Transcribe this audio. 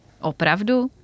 Opravdu